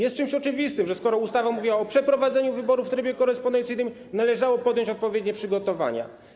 Jest czymś oczywistym, że skoro ustawa mówiła o przeprowadzeniu wyborów w trybie korespondencyjnym, należało podjąć odpowiednie przygotowania.